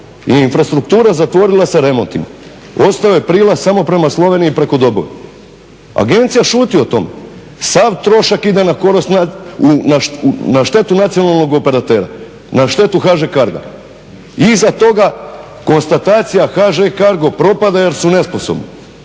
je infrastruktura zatvorila sa remontima. Ostao je prilaz samo prema Sloveniji i preko …/Govornik se ne razumije./…. Agencija šuti o tome. Sav trošak ide na štetu nacionalnog operatera, na štetu HŽ CARGO-a. I iza toga konstatacija HŽ CARGO propada jer su nesposobni.